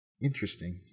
interesting